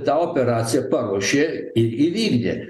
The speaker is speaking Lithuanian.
tą operaciją paruošė ir įvykdė